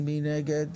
מי נגד?